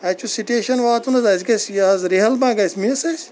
اَسہِ چھُ سٹیشَن واتُن حظ اَسہِ گژھِ یہِ حظ ریہَل ما گژھِ مِس اَسہِ